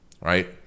right